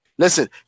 Listen